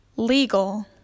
legal